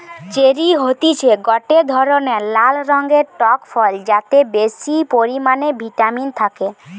cherry হতিছে গটে ধরণের লাল রঙের টক ফল যাতে বেশি পরিমানে ভিটামিন থাকে